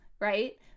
right